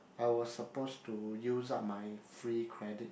I was supposed to use up my free credits